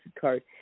card